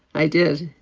i did.